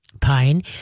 pine